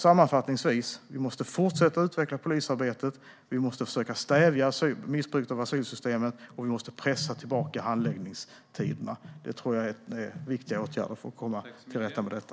Sammanfattningsvis måste vi fortsätta utveckla polisarbetet, försöka stävja missbruket av asylsystemet och pressa tillbaka handläggningstiderna. Det tror jag är viktiga åtgärder för att komma till rätta med detta.